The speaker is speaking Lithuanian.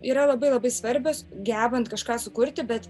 yra labai labai svarbios gebant kažką sukurti bet